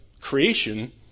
creation